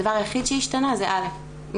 הדבר היחיד שהשתנה זה מאתמול,